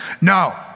no